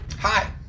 Hi